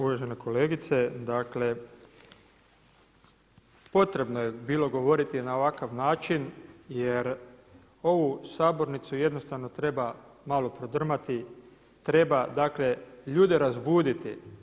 Uvažena kolegice, dakle potrebno je bilo govoriti na ovakav način jer ovu sabornicu jednostavno treba malo prodrmati, treba ljude razbuditi.